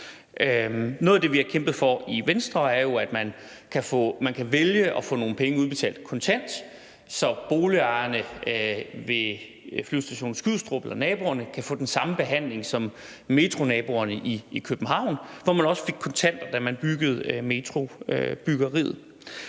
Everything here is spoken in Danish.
Noget af det, vi har kæmpet for i Venstre, er jo, at man kan vælge at få nogle penge udbetalt kontant, så boligejerne ved Flyvestation Skrydstrup eller naboerne kan få den samme behandling som metronaboerne i København, som også fik kontanter, da man byggede metroen.